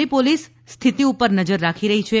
Delhi police સ્થિતિ પર નજર રાખી રહી છે